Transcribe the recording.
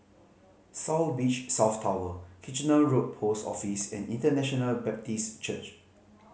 South Beach South Tower Kitchener Road Post Office and International Baptist Church